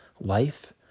life